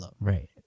Right